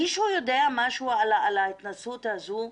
מישהו יודע משהו על ההתנסות הזו,